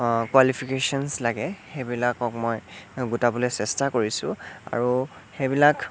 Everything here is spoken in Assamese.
কোৱালিফিকেচনচ লাগে সেইবিলাকক মই গোটাবলৈ চেষ্টা কৰিছোঁ আৰু সেইবিলাক